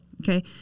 Okay